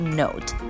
note